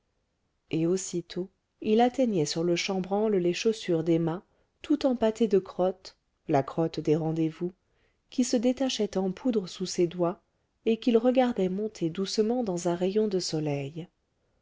et aussitôt il atteignait sur le chambranle les chaussures d'emma tout empâtées de crotte la crotte des rendez-vous qui se détachait en poudre sous ses doigts et qu'il regardait monter doucement dans un rayon de soleil